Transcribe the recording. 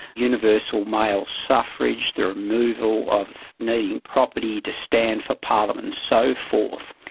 universal male suffrage, the removal of needing property to stand for parliament and so forth.